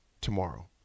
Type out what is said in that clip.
tomorrow